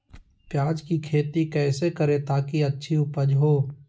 प्याज की खेती कैसे करें ताकि अच्छी उपज हो?